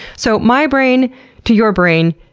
so my brain to your brain,